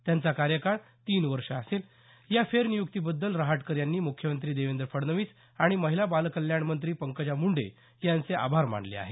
त्यांचा कार्यकाळ तीन वर्ष असेल या फेरनियुक्तीबद्दल रहाटकर यांनी मुख्यमंत्री देवेंद्र फडणवीस आणि महिला बालकल्याण मंत्री पंकजा मुंडे यांचे आभार मानले आहेत